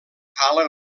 tala